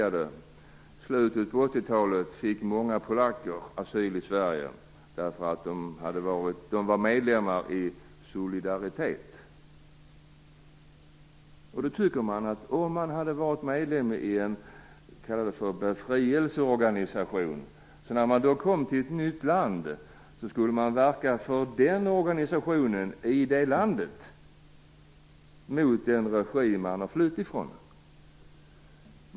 I slutet av 1980-talet fick många polacker asyl i Sverige därför att de var medlemmar i Solidaritet. Jag tycker att om man har varit medlem i vad vi kan kalla för en befrielseorganisation och kommer till ett nytt land borde man verka för den organisationen i det landet, mot den regim man har flytt från.